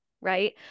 right